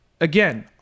again